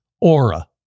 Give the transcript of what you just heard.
Aura